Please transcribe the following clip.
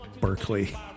Berkeley